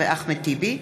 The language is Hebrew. יחיאל חיליק בר,